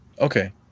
Okay